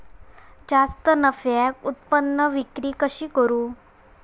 जास्त नफ्याक उत्पादन विक्री कशी करू?